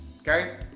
Okay